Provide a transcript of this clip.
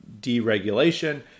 deregulation